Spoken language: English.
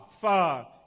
far